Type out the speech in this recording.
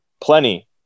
plenty